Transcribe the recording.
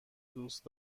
دوست